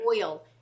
oil